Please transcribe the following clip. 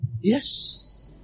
Yes